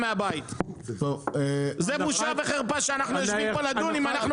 זה בושה וחרפה שאנחנו יושבים פה לדון אם אנחנו